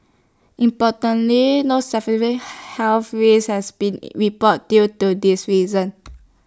importantly no health risks have been reported due to these reason